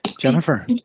Jennifer